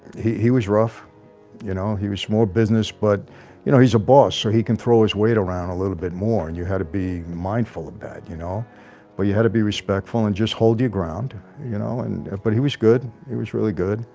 he he was rough you know he was small business but you know he's a boss so he can throw his weight around a little bit more and you had to be mindful of that you know but you had to be respectful and just hold your ground you know and but he was good it was really good.